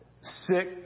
Sick